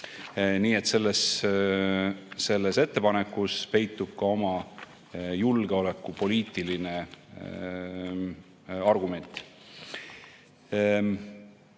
Nii et selles ettepanekus peitub ka oma julgeolekupoliitiline argument. Mida